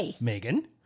Megan